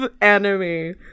enemy